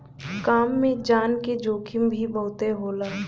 काम में जान के जोखिम भी बहुते होला